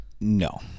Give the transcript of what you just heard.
No